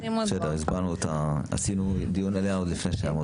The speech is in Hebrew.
בסדר, עשינו דיון עליה עוד לפני שנימקת.